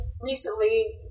recently